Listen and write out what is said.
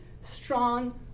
strong